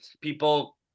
people